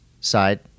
side